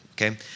okay